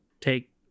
take